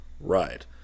Right